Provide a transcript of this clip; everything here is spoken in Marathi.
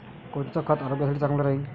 कोनचं खत आरोग्यासाठी चांगलं राहीन?